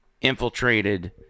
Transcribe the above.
infiltrated